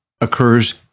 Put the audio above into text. occurs